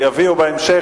יביאו בהמשך.